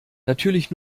natürlich